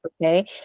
Okay